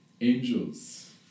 angels